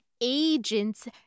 agents